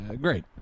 Great